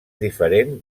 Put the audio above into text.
diferent